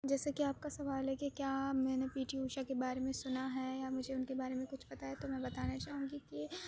جیسے کہ آپ کا سوال ہے کہ کیا میں نے پی ٹی اوشا کے بارے میں سنا ہے یا مجھے ان کے بارے میں کچھ پتہ ہے تو میں بتانا چاہوں گی کہ